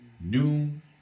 noon